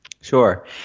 Sure